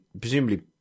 presumably